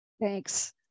Thanks